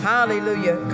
Hallelujah